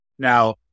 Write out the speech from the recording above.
Now